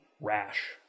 rash